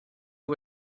who